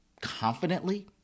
confidently